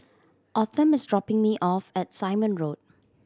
Autumn is dropping me off at Simon Road